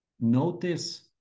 notice